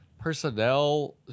personnel